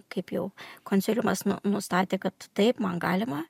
kaip jau konsiliumas nustatė kad taip man galima